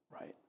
right